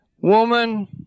woman